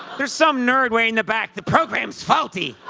there's some nerd way in the back, the program's faulty.